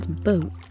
boat